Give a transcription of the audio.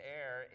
air